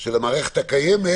של המערכת הקיימת.